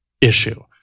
issue